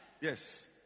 Yes